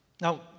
Now